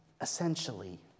essentially